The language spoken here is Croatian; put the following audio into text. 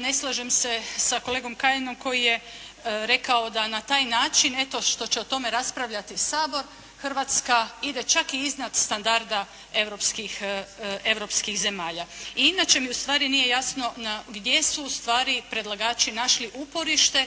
ne slažem se sa kolegom Kajinom koji je rekao da na taj način eto što će o tome raspravljati Sabor Hrvatska ide čak i iznad standarda europskih zemalja. I inače mi u stvari nije jasno gdje su u stvari predlagači našli uporište